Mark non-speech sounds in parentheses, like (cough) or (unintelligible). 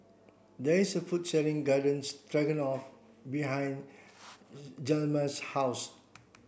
there is a food selling Garden Stroganoff behind (unintelligible) Hjalmer's house